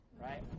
right